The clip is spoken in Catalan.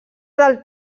del